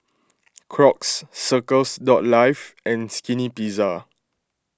Crocs Circles Life and Skinny Pizza